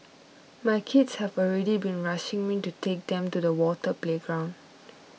my kids have already been rushing me to take them to the water playground